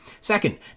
Second